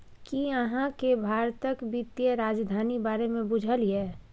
कि अहाँ केँ भारतक बित्तीय राजधानी बारे मे बुझल यै?